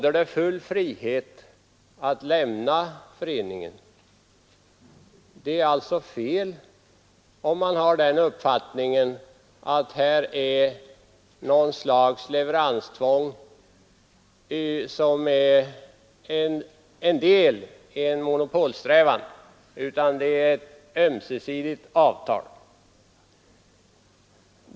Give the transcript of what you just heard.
Det råder full frihet att lämna föreningen, och det är alltså fel när det påstås att det föreligger något slags leveranstvång som en del i en monopolsträvan.